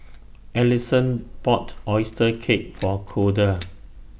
Allisson bought Oyster Cake For Koda